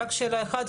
רק שאלה אחת,